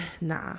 nah